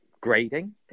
grading